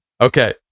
Okay